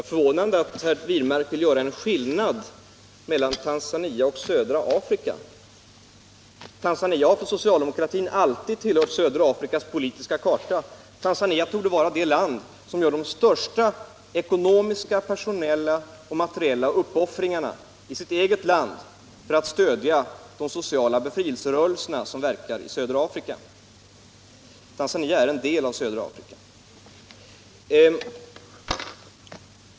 Herr talman! Det var litet förvånande att herr Wirmark ville göra skillnad mellan Tanzania och södra Afrika. Tanzania har för socialdemokratin alltid tillhört södra Afrikas politiska karta. Tanzania torde vara det land som gör de största ekonomiska, personella och materiella uppoffringarna i sitt eget land för att stödja de sociala befrielserörelser som verkar i södra Afrika. Tanzania är en del av södra Afrika.